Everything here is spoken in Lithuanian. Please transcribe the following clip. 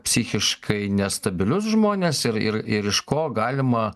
psichiškai nestabilius žmones ir ir ir iš ko galima